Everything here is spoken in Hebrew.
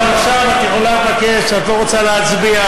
אבל עכשיו את יכולה לומר שאת לא רוצה להצביע,